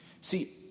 See